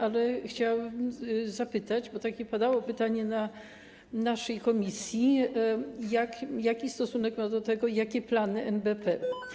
Ale chciałabym zapytać, bo takie padało pytanie w naszej komisji, jaki stosunek ma do tego i jakie plany ma NBP.